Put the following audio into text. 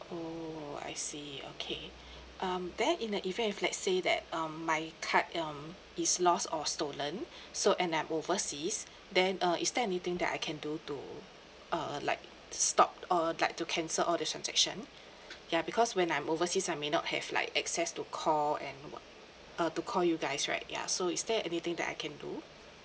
oh I see okay um then in the event if let's say that um my card um is lost or stolen so and I'm overseas then uh is there anything that I can do to err like stop or like to cancel all the transaction ya because when I'm overseas I may not have like access to call and uh to call you guys right ya so is there anything that I can do